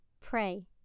pray